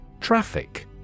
Traffic